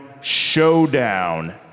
Showdown